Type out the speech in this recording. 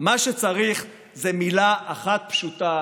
מה שצריך זו מילה אחת פשוטה